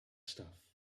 stuff